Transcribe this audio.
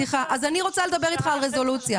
אז אני רוצה לדבר אתך על רזולוציה,